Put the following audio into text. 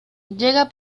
llega